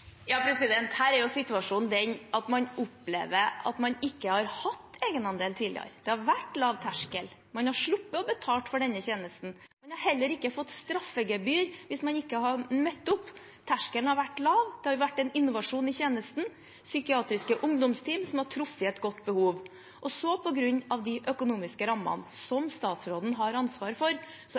har vært lav terskel. Man har sluppet å betale for denne tjenesten. Man har heller ikke fått straffegebyr hvis man ikke har møtt opp. Terskelen har vært lav. Det har jo vært en innovasjon i tjenesten – psykiatriske ungdomsteam som har truffet et behovet godt. Så endres dette på grunn av de økonomiske rammene som statsråden har ansvar for. Å